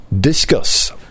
discuss